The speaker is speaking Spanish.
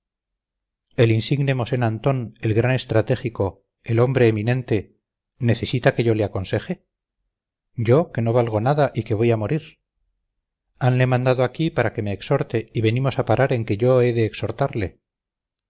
el insigne mosén antón el gran estratégico el hombre eminente necesita que yo le aconseje yo que no valgo nada y que voy a morir hanle mandado aquí para que me exhorte y venimos a parar en que yo he de exhortarle